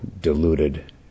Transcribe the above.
diluted